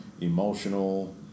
emotional